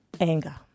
anger